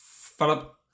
Philip